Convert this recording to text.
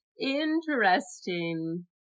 Interesting